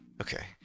Okay